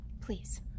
Please